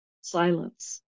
silence